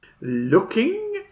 Looking